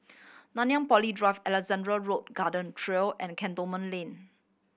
Nanyang Poly Drive Alexandra Road Garden Trail and Cantonment Link